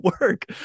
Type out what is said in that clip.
work